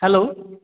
hello